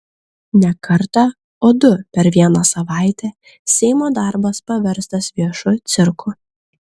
ne kartą o du per vieną savaitę seimo darbas paverstas viešu cirku